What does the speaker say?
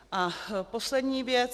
A poslední věc.